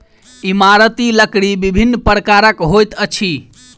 इमारती लकड़ी विभिन्न प्रकारक होइत अछि